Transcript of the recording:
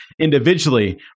individually